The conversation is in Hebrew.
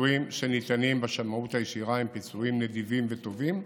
הפיצויים שניתנים בשמאות הישירה הם פיצויים נדיבים וטובים,